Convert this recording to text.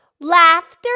laughter